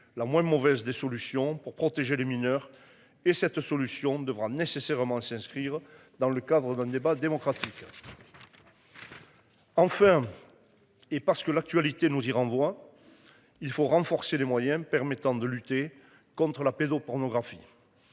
la moins mauvaise des solutions pour protéger les mineurs. Et cette solution devra nécessairement s'inscrire dans le cadre d'un débat démocratique. Enfin. Et parce que l'actualité nous y renvoie. Il faut renforcer les moyens permettant de lutter contre la pédopornographie.